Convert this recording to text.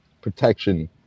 protection